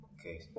Okay